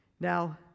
Now